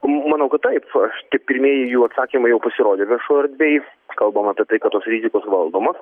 manau kad taip aš tik pirmieji jų atsakymai jau pasirodė viešoj erdvėj kalbama apie tai kad tos rizikos valdomos